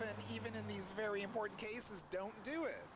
often even in these very important cases don't do it